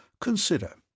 Consider